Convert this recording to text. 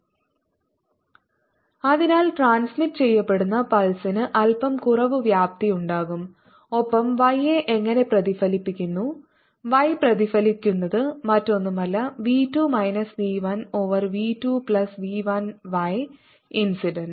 yt 2v2v1v2yIncident2025×5 mm4 mm അതിനാൽ transmit ചെയ്യപ്പെടുന്ന പൾസിന് അൽപ്പം കുറവ് വ്യാപ്തിയുണ്ടാകും ഒപ്പം y യെ എങ്ങനെ പ്രതിഫലിപ്പിക്കുന്നു y പ്രതിഫലിക്കുന്നത് മറ്റൊന്നുമല്ല v 2 minus v 1 over V 2 plus V 1 Y incident